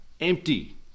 empty